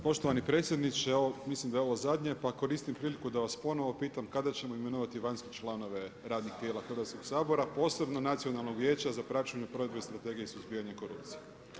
Poštovani predsjedniče mislim da je ovo zadnje, pa koristim priliku da vas ponovno pitam kada ćemo imenovati vanjske članove radnih tijela Hrvatskog sabora posebno Nacionalnog vijeća za praćenje provedbe Strategije suzbijanja korupcije?